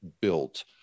built